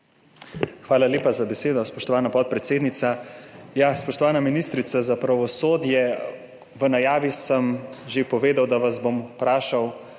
Hvala lepa za besedo, spoštovana podpredsednica. Spoštovana ministrica za pravosodje, v najavi sem že povedal, da vas bom vprašal